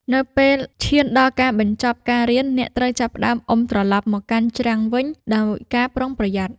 នៅពេលឈានដល់ការបញ្ចប់ការរៀន អ្នកត្រូវចាប់ផ្ដើមអុំត្រឡប់មកកាន់ច្រាំងវិញដោយការប្រុងប្រយ័ត្ន។